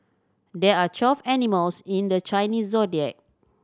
there are twelve animals in the Chinese Zodiac